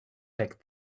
picked